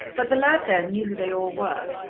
but the lad there knew who they all were.